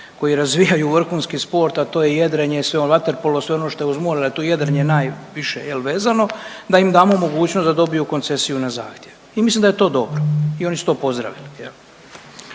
koje razvijaju vrhunski sport, a to je jedrenje i sve, vaterpolo, sve ono što je uz more da je tu jedrenje najviše jel vezano da im damo mogućnost da dobiju koncesiju na zahtjev. I mislim da je to dobro i oni su to pozdravili.